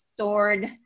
stored